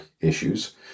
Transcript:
issues